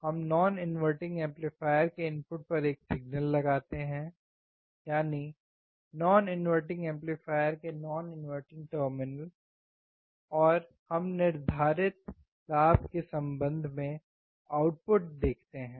हम non inverting amplifier के input पर एक सिग्नल लगाते हैं यानी नॉन इनवर्टिंग एम्पलीफायर के नॉन इनवर्टिंग टर्मिनल और हम निर्धारित लाभ के संबंध में आउटपुट देखेंगे